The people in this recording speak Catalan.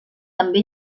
també